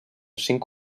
cinc